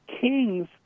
kings